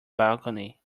balcony